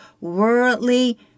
worldly